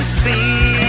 See